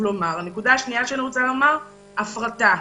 הנקודה השנייה שאני רוצה לומר היא: הפרטה.